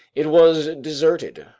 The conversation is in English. it was deserted.